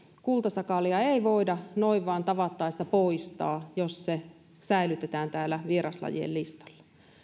kultasakaalia ei voida noin vain tavattaessa poistaa jos se säilytetään täällä vieraslajien listalla